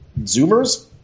Zoomers